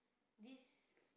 this